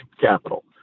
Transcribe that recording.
capital